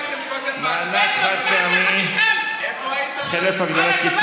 איפה הייתם קודם בהצבעה על הצוללות?